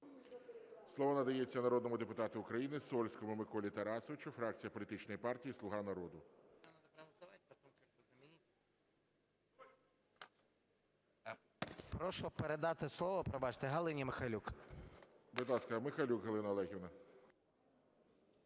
Слово надається народному депутату України Сольському Миколі Тарасовичу, фракція політичної партії "Слуга народу". 10:25:41 СОЛЬСЬКИЙ М.Т. Прошу передати слово, пробачте, Галині Михайлюк. ГОЛОВУЮЧИЙ. Будь ласка, Михайлюк Галина Олегівна.